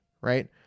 right